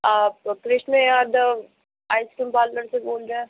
आप Krishna Yadav ice cream parlour से बोल रहे हैं